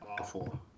Awful